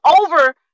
over